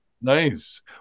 Nice